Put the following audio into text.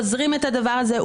גוזרים את הדבר הזה,